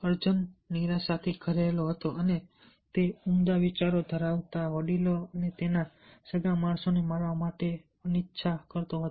અર્જુન નિરાશા થી ઘેરાયેલો હતો અને ઉમદા વિચારો ધરાવતા વડીલો અને તેના સગા માણસોને મારવા માટે અનિચ્છા કરતો હતો